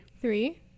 Three